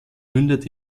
mündet